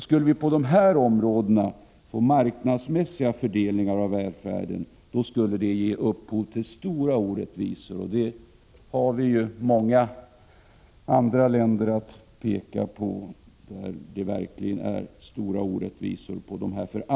Skulle vi nu på dessa områden få en marknadsmässig fördelning av välfärden, skulle det ge upphov till stora orättvisor. I det fallet kan vi ju peka på förhållandena i många andra länder.